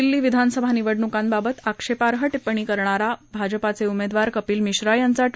दिल्ली विधानसभा निवडणुकांबाबत आक्षेपार्ह िप्पिणी करणारा भाजपाचे उमेदवार कपिल मिश्रा यांचा वि